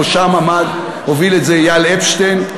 בראשם, הוביל את זה אייל אפשטיין.